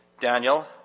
Daniel